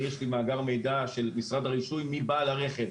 יש לי מאגר מידע של משרד הרישוי, מי בעל הרכב.